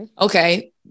okay